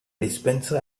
dispenser